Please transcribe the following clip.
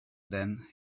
then